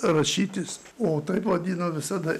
rašytis o taip vadino visada